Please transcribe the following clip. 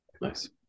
Nice